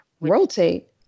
rotate